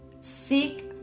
seek